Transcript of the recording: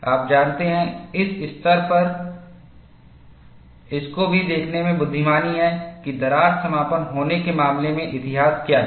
आप जानते हैं इस स्तर पर इसको भी देखने में बुद्धिमानी है कि दरार समापन होने के मामले में इतिहास क्या था